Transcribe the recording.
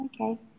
okay